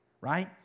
right